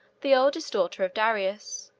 the oldest daughter of darius,